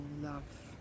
love